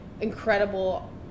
incredible –